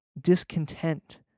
discontent